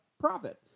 profit